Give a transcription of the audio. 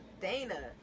Dana